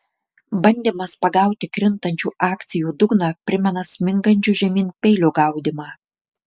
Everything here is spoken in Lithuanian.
bandymas pagauti krintančių akcijų dugną primena smingančio žemyn peilio gaudymą